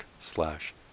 slash